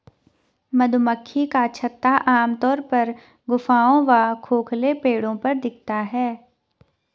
मधुमक्खी का छत्ता आमतौर पर गुफाओं व खोखले पेड़ों पर दिखता है